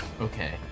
Okay